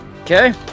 Okay